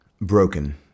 Broken